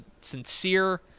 sincere